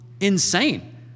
insane